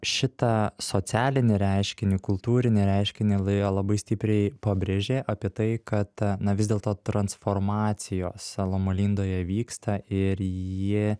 šitą socialinį reiškinį kultūrinį reiškinį laiko labai stipriai pabrėžė apie tai kad na vis dėlto transformacijos loma lindoje vyksta ir ji